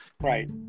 Right